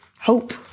Hope